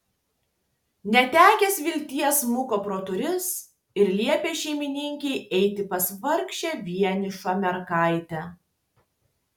netekęs vilties smuko pro duris ir liepė šeimininkei eiti pas vargšę vienišą mergaitę